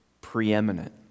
preeminent